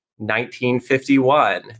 1951